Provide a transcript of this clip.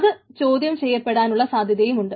അത് ചോദ്യം ചെയ്യപ്പെടുവാനും സുധ്യതയുണ്ട്